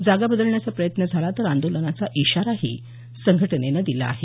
जागा बदलण्याचा प्रयत्न झाला तर आंदोलनाचा इशाराही संघटनेनं दिला आहे